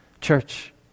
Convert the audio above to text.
church